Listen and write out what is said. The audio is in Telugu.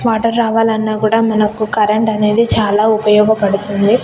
వాటర్ రావాలన్నా కూడా మనకు కరెంట్ అనేది చాలా ఉపయోగపడుతుంది